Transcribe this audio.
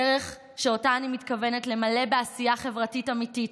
דרך שאותה אני מתכוונת למלא בעשייה חברתית אמיתית,